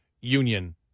union